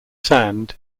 sand